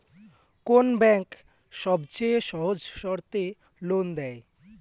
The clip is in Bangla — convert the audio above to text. কোন ব্যাংক সবচেয়ে সহজ শর্তে লোন দেয়?